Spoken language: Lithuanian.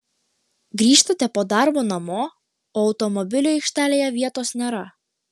grįžtate po darbo namo o automobiliui aikštelėje vietos nėra